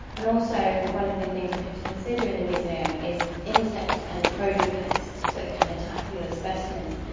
and also one of the things we have to consider in the museum is insect and rodent pests that can attack the other specimens.